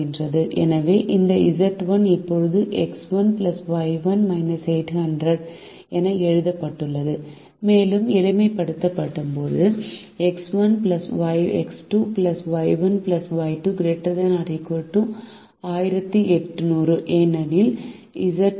எனவே இந்த Z1 இப்போது X1 Y1 800 X1Y1 800 என எழுதப்பட்டுள்ளது மேலும் எளிமைப்படுத்தும்போது X1 X2 Y1 Y2 ≥ 1800 ஏனெனில் Z1 X1 Y1 800